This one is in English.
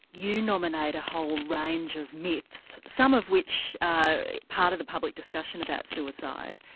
you nominate a whole range of myths, some of which are part of the public discussion about suicide,